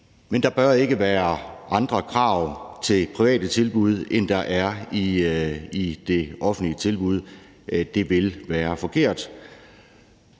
men der bør ikke være andre krav til private tilbud, end der er til offentlige tilbud. Det vil være forkert.